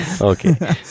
Okay